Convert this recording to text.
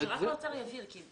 אז שרק האוצר יבהיר.